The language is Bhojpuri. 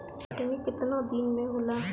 कटनी केतना दिन मे होला?